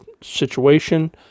situation